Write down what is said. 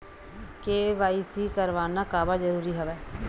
KYC करवाना काबर जरूरी हवय?